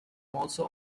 also